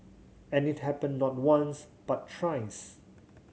and it happened not once but thrice